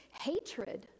hatred